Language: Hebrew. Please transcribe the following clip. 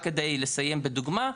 רק כדי לסיים בדוגמה,